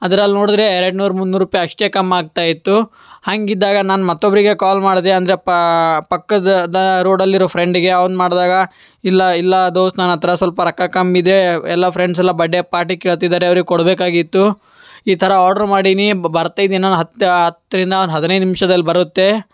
ಅದರಲ್ಲಿ ನೋಡಿದರೆ ಎರಡ್ನೂರ ಮುನ್ನೂರು ರೂಪಾಯ್ ಅಷ್ಟೇ ಕಮ್ಮಿ ಆಗ್ತಾಯಿತ್ತು ಹಾಗಿದ್ದಾಗ ನಾನು ಮತ್ತೊಬ್ಬರಿಗೆ ಕಾಲ್ ಮಾಡಿದೆ ಅಂದ್ರೆಪ್ಪಾ ಪಕ್ಕದ ಅದೇ ರೋಡಲ್ಲಿರೋ ಫ್ರೆಂಡಿಗೆ ಅವ್ನು ಮಾಡಿದಾಗ ಇಲ್ಲ ಇಲ್ಲ ದೋಸ್ತ್ ನನ್ನ ಹತ್ರ ಸ್ವಲ್ಪ ರೊಕ್ಕ ಕಮ್ಮಿ ಇದೇ ಎಲ್ಲ ಫ್ರೆಂಡ್ಸ್ ಎಲ್ಲ ಬಡ್ಡೆ ಪಾರ್ಟಿ ಕೇಳ್ತಿದ್ದಾರೆ ಅವ್ರಿಗೆ ಕೊಡಬೇಕಾಗಿತ್ತು ಈ ಥರ ಆರ್ಡ್ರ್ ಮಾಡೀನಿ ಬರ್ತಾ ಇದು ಇನ್ನೊಂದು ಹತ್ತು ಹತ್ತರಿಂದ ಒಂದು ಹದಿನೈದು ನಿಮ್ಷದಲ್ಲಿ ಬರುತ್ತೆ